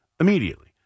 Immediately